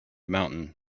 mountain